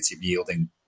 yielding